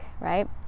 right